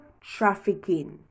trafficking